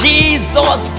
Jesus